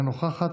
אינה נוכחת,